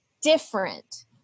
different